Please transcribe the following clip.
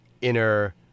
inner